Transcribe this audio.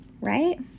Right